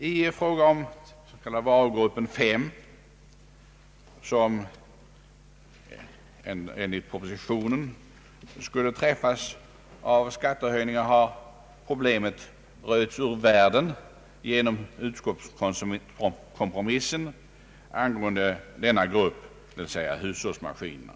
I fråga om varugruppen 5, som enligt propositionen skulle omfattas av skattehöjningen, har problemen röjts ur världen genom utskottskompromissen angående denna grupp, d.v.s. slopande av hushållsmaskinerna.